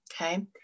Okay